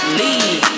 lead